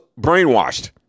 brainwashed